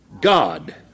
God